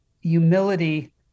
humility